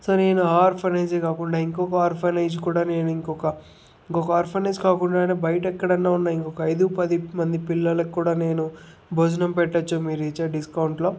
so నేను ఆ ఆర్ఫనైజే కాకుండా ఇంకొక ఆర్ఫనైజ్ కాకుండానే నేను ఇంకొక ఆర్ఫనైజ్ కాకుండానే బయట ఎక్కడైన ఉన్నా ఇంకొక ఐదు పది మంది పిల్లలకు కూడా నేను భోజనం పెట్టచ్చు మీరు ఇచ్చే డిస్కౌంట్లో